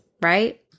Right